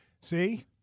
See